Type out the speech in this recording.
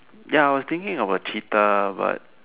ya I was thinking of a cheetah but